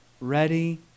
ready